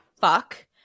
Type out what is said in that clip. fuck